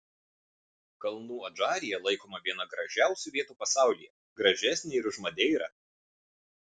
kalnų adžarija laikoma viena gražiausių vietų pasaulyje gražesnė ir už madeirą